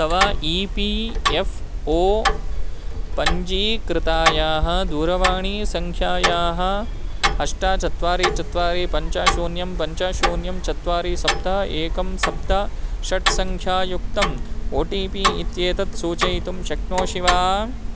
तव E P F O पञ्जीकृतायाः दूरवाणीसङ्ख्यायाः अष्ट चत्वारि चत्वारि पञ्च शून्यं पञ्च शून्यं चत्वारि सप्त एकं सप्त षट् सङ्ख्यायुक्तम् ओ टि पि इत्येतत् सूचयितुं शक्नोषि वा